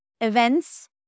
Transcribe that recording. events